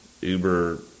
uber